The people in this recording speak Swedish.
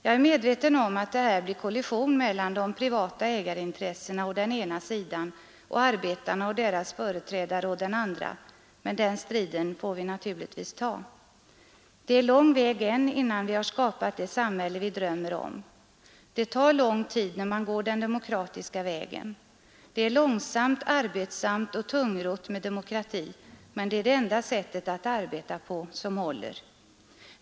Jag är medveten om att det här blir kollision mellan de privata ägarintressena å ena sidan och arbetarna och deras företrädare å den andra, men den striden får vi naturligtvis ta. Det är lång väg än innan vi skapat det samhälle vi drömmer om. Det tar lång tid när man går den demokratiska vägen. Det är långsamt, arbetsamt och tungrott med demokrati, men det är det enda sätt att arbeta på som håller.